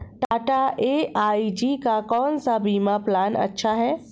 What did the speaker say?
Tata AIG का कौन सा बीमा प्लान अच्छा है?